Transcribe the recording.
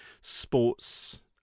sports